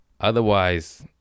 Otherwise